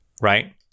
right